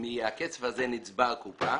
מהכסף הזה נצברת הקופה